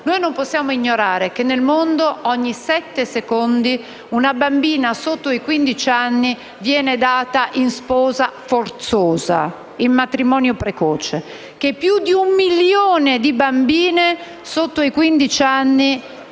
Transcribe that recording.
Noi non possiamo ignorare che nel mondo, ogni sette secondi, una bambina sotto i quindici anni viene data in sposa in modo forzoso in matrimonio precoce, e che più di un milione di bambine sotto i quindici anni